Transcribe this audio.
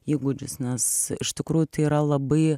įgūdžius nes iš tikrųjų tai yra labai